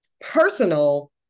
personal